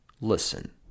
listen